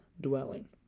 dwelling